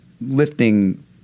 lifting